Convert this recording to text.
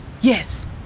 Yes